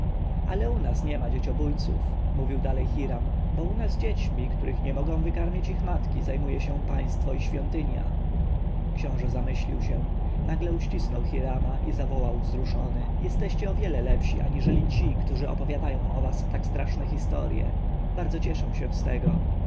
ale u nas niema dzieciobójców mówił dalej hiram bo u nas dziećmi których nie mogą wykarmić ich matki zajmuje się państwo i świątynia książę zamyślił się nagle uścisnął hirama i zawołał wzruszony jesteście o wiele lepsi aniżeli ci którzy opowiadają o was tak straszne historje bardzo cieszę się z tego